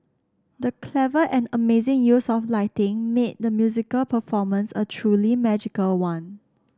the clever and amazing use of lighting made the musical performance a truly magical one